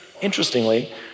Interestingly